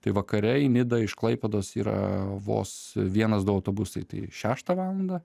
tai vakare į nidą iš klaipėdos yra vos vienas du autobusai tai šeštą valandą